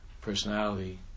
personality